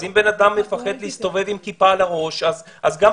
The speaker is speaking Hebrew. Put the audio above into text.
אז אם בן אדם מפחד להסתובב עם כיפה על הראש אז גם